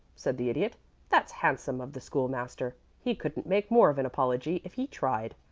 said the idiot that's handsome of the school-master. he couldn't make more of an apology if he tried.